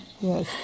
Yes